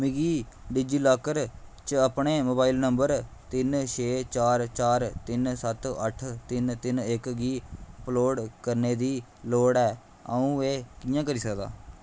मिगी डिजिलॉकर च अपने मोबाइल नंबर तिन्न छे चार चार तिन्न सत्त अट्ठ तिन्न तिन्न इक गी अपलोड करने दी लोड़ ऐ अ'ऊं एह् कि'यां करी सकदा